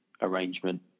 arrangement